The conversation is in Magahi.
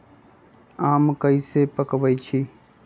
आम कईसे पकईछी?